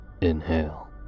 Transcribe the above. Inhale